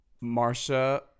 Marcia